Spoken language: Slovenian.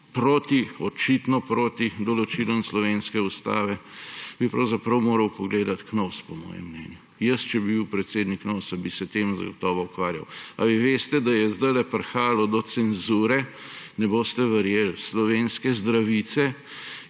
očitno proti določilom slovenske ustave, bi pravzaprav moral pogledati Knovs, po mojem mnenju. Jaz, če bi bil predsednik Knovsa, bi se s tem zagotovo ukvarjal. Ali vi veste, da je zdajle prihajalo do cenzure, ne boste verjeli, slovenske Zdravljice